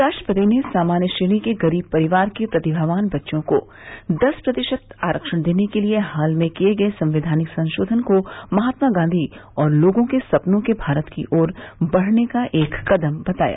राष्ट्रपति ने सामान्य श्रेणी के गरीब परिवार के प्रतिभावान बच्चों को दस प्रतिशत आरक्षण देने के लिए हाल में किये गये संवैधानिक संशोधन को महात्मा गांधी और लोगों के सपनों के भारत की ओर बढ़ने का एक कदम बताया